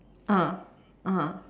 ah (uh huh)